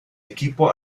equipo